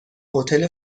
هتل